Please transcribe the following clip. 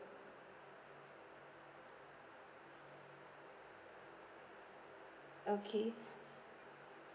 okay